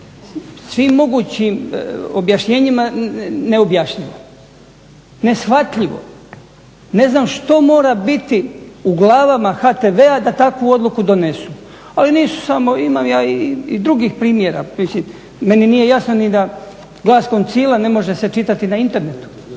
svim mogućim objašnjenjima neobjašnjivo. Neshvatljivo. Ne znam što mora biti u glavama HTV-a da takvu odluku donesu. Ali nisu samo, imam ja i drugih primjera. Meni nije jasno ni da Glas Koncila ne može se čitati na internetu.